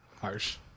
harsh